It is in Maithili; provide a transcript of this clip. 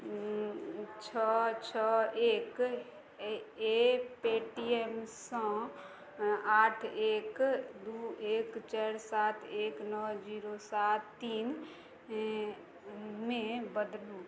छओ छओ एक ए पेटीएमसँ आठ एक दू एक चारि सात एक नओ जीरो सात तीन मे बदलू